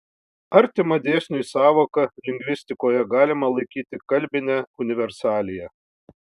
artima dėsniui sąvoka lingvistikoje galima laikyti kalbinę universaliją